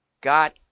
got